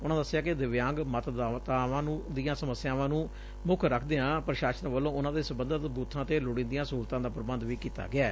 ਉਨਾਂ ਦਸਿਆ ਕਿ ਦਿਵਿਆਂਗ ਮਤਦਾਤਾਵਾਂ ਦੀਆਂ ਸਮੱਸਿਆਵਾਂ ਨੂੰ ਮੁੱਖ ਰਖਦਿਆਂ ਪ੍ਰਸ਼ਾਸਨ ਵੱਲੋਂ ਉਨੂਾਂ ਦੇ ਸਬੰਧਤ ਬੁਥਾਂ ਤੇ ਲੋੜੀਂਦੀਆਂ ਸਹੁਲਤਾਂ ਦਾ ਪ੍ਰਬੰਧ ਵੀ ਕੀਤਾ ਗਿਐ